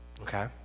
okay